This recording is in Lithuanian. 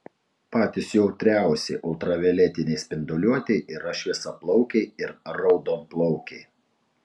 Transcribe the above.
patys jautriausi ultravioletinei spinduliuotei yra šviesiaplaukiai ir raudonplaukiai